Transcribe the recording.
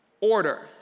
order